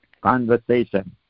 conversation